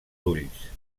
ulls